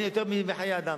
אין יותר מחיי אדם.